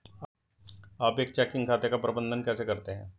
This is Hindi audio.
आप एक चेकिंग खाते का प्रबंधन कैसे करते हैं?